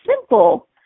simple